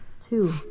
Two